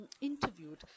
interviewed